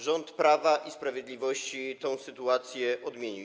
Rząd Prawa i Sprawiedliwości tę sytuację odmienił.